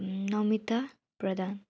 Namita Pradhan